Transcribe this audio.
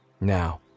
Now